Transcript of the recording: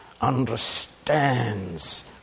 understands